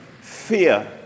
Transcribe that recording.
fear